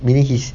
and then he's